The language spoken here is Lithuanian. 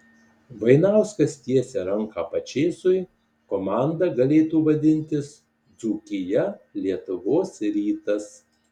vainauskas tiesia ranką pačėsui komanda galėtų vadintis dzūkija lietuvos rytas